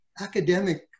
academic